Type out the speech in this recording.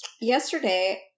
yesterday